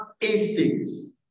instincts